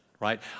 right